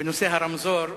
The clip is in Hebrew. בנושא הרמזור,